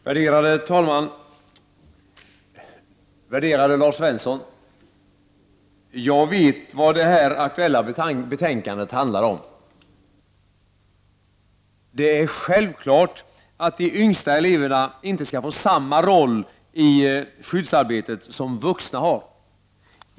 Värderade talman! Värderade Lars Svensson! Jag vet vad det aktuella betänkandet handlar om. Självfallet skall de yngsta eleverna inte få samma roll i skyddsarbetet som de vuxna.